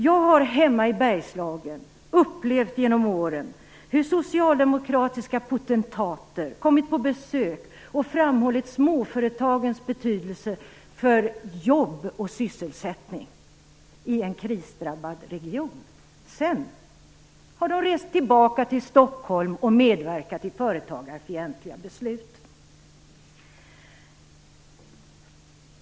Jag har hemma i Bergslagen genom åren upplevt hur socialdemokratiska potentater kommit på besök och framhållit småföretagens betydelse för jobb och sysselsättning i en krisdrabbad region. Sedan har de rest tillbaka till Stockholm och medverkat till företagarfientliga beslut.